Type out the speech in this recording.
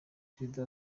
perezida